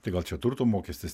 tai gal čia turto mokestis